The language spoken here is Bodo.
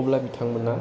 अब्ला बिथांमोना